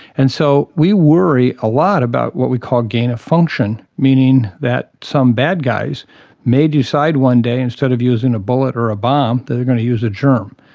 and so we worry a lot about what we call gain of function, meaning that some bad guys may decide one day instead of using a bullet or a bomb they're going to use a germ.